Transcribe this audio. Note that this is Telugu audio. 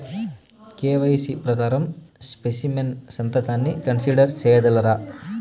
కె.వై.సి ప్రకారం స్పెసిమెన్ సంతకాన్ని కన్సిడర్ సేయగలరా?